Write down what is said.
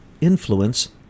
influence